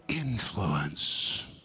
influence